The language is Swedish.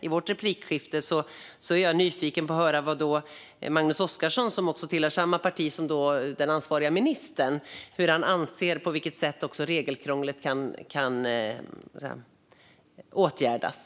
I vårt replikskifte är jag nyfiken på att få höra från Magnus Oscarsson, som tillhör samma parti som den ansvariga ministern, på vilket sätt han anser att regelkrånglet kan åtgärdas.